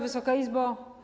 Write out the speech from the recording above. Wysoka Izbo!